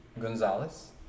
gonzalez